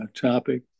topic